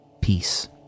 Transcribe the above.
Peace